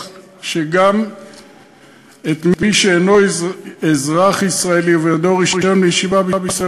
כך שגם את מי שאינו אזרח ישראלי ובידו רישיון לישיבה בישראל